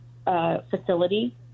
Facility